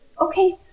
Okay